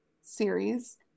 series